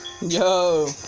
Yo